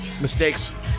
Mistakes